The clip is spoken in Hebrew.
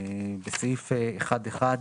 בסעיף 1(1),